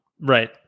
right